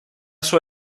sua